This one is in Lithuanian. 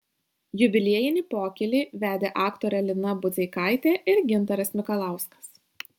jubiliejinį pokylį vedė aktorė lina budzeikaitė ir gintaras mikalauskas